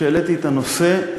כשהעליתי את הנושא,